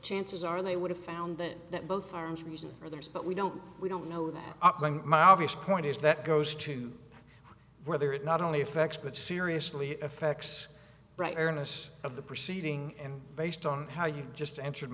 chances are they would have found that both arms reason for this but we don't we don't know that my obvious point is that goes to whether it not only affects but seriously effects brightness of the proceeding and based on how you've just answered